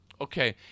Okay